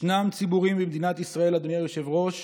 ישנם ציבורים במדינת ישראל, אדוני היושב-ראש,